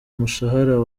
mushahara